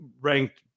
ranked